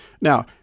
Now